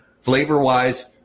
Flavor-wise